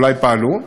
אולי פעלו,